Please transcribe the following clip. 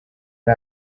ari